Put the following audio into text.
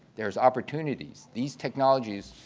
there's opportunities. these technologies,